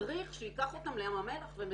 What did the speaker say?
מדריך שיקח אותם לים המלח ומצדה.